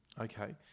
Okay